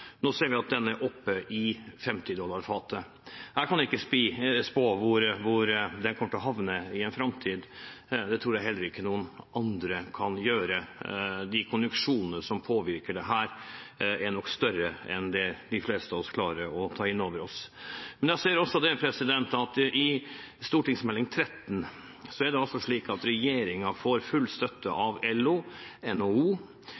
nå ser vi at den er oppe i 50 dollar fatet. Jeg kan ikke spå hvor den kommer til å havne i en framtid. Det tror jeg heller ikke noen andre kan gjøre. De konjunkturene som påvirker dette, er nok større enn det de fleste av oss klarer å ta inn over oss. Men jeg ser også at i Meld. St. 13